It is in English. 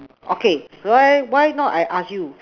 okay why why not I ask you